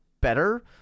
better